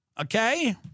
okay